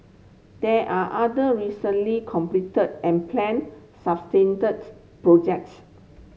there are other recently completed and planned projects